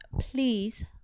please